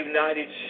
United